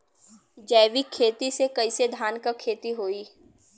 जैविक खेती से कईसे धान क खेती होई?